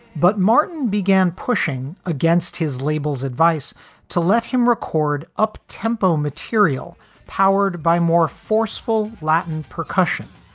but martin began pushing against his label's advice to let him record uptempo material powered by more forceful latin percussion,